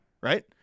right